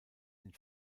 den